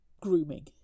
grooming